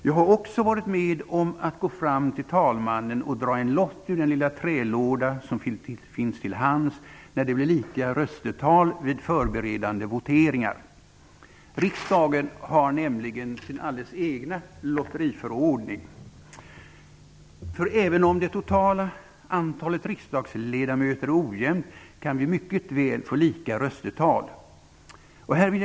Jag har också varit med om att få gå fram till talmannen och dra en lott ur den lilla trälåda som finns till hands när det blir lika röstetal vid förberedande voteringar. Riksdagen har nämligen sin alldeles egna lotteriförordning. Även om det totala antalet riksdagsledamöter är ojämt kan vi mycket väl få lika röstetal. Herr talman!